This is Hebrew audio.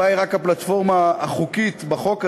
הבעיה היא רק הפלטפורמה החוקית בחוק הזה,